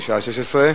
בשעה 16:00.